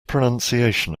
pronunciation